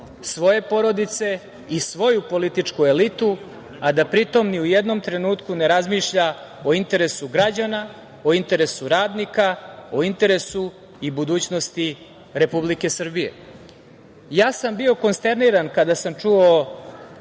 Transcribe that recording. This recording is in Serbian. svoje porodice i svoju političku elitu, a da pri tome ni u jednom trenutku ne razmišlja o interesu građana, o interesu radnika, o interesu i budućnosti Republike Srbije. Bio sam konsterniran kada sam čuo